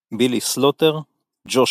בילי סלוטר - ג'ושיה.